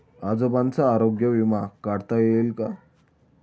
आजोबांचा आरोग्य विमा काढता येईल का?